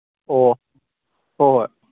ꯑꯣ ꯍꯣꯏ ꯍꯣꯏ